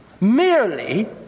merely